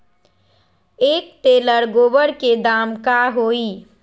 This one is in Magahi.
एक टेलर गोबर के दाम का होई?